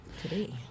Today